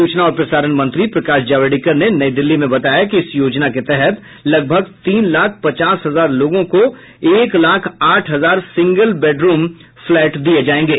सूचना और प्रसारण मंत्री प्रकाश जावड़ेकर ने नई दिल्ली में बताया कि इस योजना के तहत लगभग तीन लाख पचास हजार लोगों को एक लाख आठ हजार सिंगल बेडरूम फ्लैट दिए जाएंगे